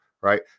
right